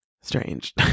strange